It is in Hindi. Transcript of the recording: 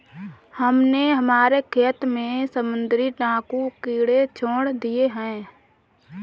हमने हमारे खेत में समुद्री डाकू कीड़े छोड़ दिए हैं